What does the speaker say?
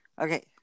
Okay